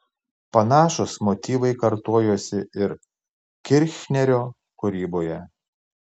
panašūs motyvai kartojosi ir kirchnerio kūryboje